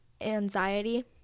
anxiety